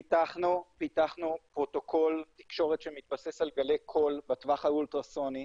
פיתחנו פרוטוקול תקשורת שמתבסס על גלי קול בטווח האולטרה סוני,